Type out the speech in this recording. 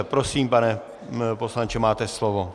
Prosím, pane poslanče, máte slovo.